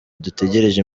dutegereje